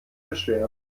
beschweren